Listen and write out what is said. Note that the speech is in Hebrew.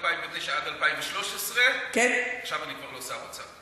מ-2009 עד 2013. עכשיו אני כבר לא שר אוצר.